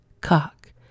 cock